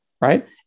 right